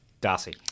Darcy